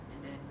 and then